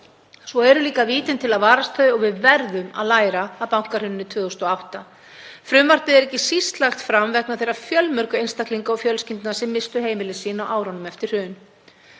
Svo eru líka vítin til að varast þau og við verðum að læra af bankahruninu 2008. Frumvarpið er ekki síst lagt fram vegna þeirra fjölmörgu einstaklinga og fjölskyldna sem misstu heimili sín á árunum eftir hrun.